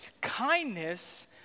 Kindness